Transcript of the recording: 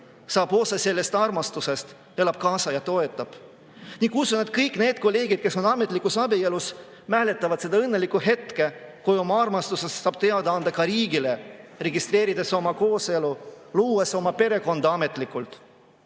saab osa sellest armastusest, elab kaasa ja toetab. Usun, et kõik need kolleegid, kes on ametlikus abielus, mäletavad seda õnnelikku hetke, kui oma armastusest saab teada anda ka riigile, registreerides oma kooselu, luues oma perekonna ametlikult. Tänane